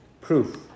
Proof